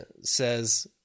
says